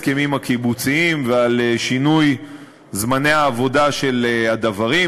שינוי ההסכמים הקיבוציים ועל שינוי זמני העבודה של הדוורים.